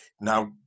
now